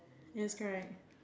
yes correct